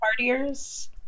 partiers